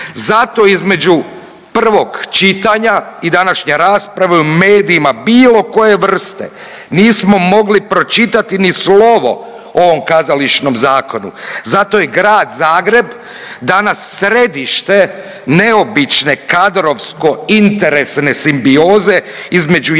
Zato između prvog čitanja i današnje rasprave u medijima bilo koje vrste nismo mogli pročitati ni slovo o ovom kazališnom zakonu. Zato je Grad Zagreb danas središte neobične kadrovsko-interesne simbioze između jedne